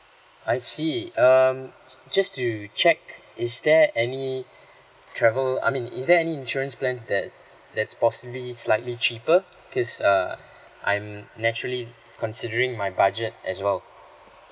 I see um just to check is there any travel I mean is there any insurance plan that that's possibly slightly cheaper cause uh I'm naturally considering my budget as well